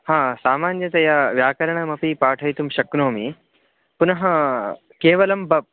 हा सामान्यतया व्याकरणमपि पाठयितुं शक्नोमि पुनः केवलं ब